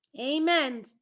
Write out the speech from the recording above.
Amen